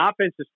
offensive